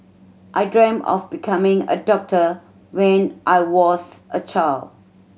I dreamt of becoming a doctor when I was a child